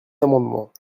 amendements